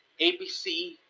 ABC